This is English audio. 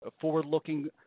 Forward-looking